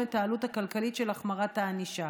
את העלות הכלכלית של החמרת הענישה.